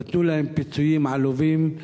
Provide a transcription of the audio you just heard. נתנו להם פיצויים עלובים,